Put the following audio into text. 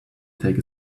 take